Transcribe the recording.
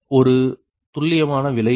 ஒரு துல்லியமான விலை CPg51222